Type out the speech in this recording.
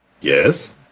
yes